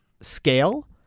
scale